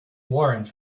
warrant